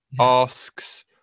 asks